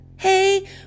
Hey